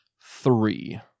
Three